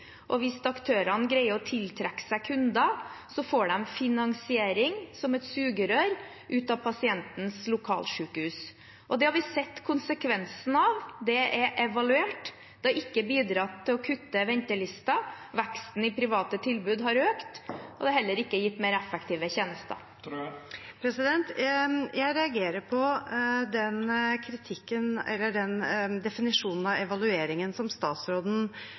og hvis aktørene greier å tiltrekke seg kunder, får de finansiering som et sugerør ut av pasientens lokalsykehus. Det har vi sett konsekvensen av. Det er evaluert – det har ikke bidratt til å kutte ventelister, veksten i private tilbud har økt, og det har heller ikke gitt mer effektive tjenester. Jeg reagerer på den definisjonen av evalueringen som statsråden